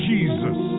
Jesus